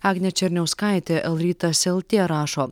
agnė černiauskaitė lrytas lt rašo